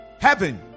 Heaven